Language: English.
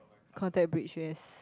contact bridge yes